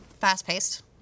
fast-paced